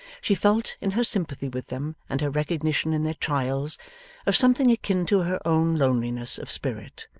she felt, in her sympathy with them and her recognition in their trials of something akin to her own loneliness of spirit,